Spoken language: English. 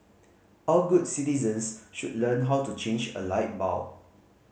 all good citizens should learn how to change a light bulb